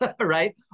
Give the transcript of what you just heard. right